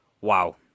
wow